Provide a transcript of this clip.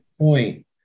point